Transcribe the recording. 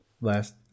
last